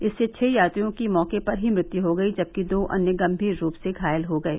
इससे छः यात्रियों की मैके पर ही मृत्यु हो गयी जबकि दो अन्य गम्भीर रूप से घायल हो गये